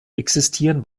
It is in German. existieren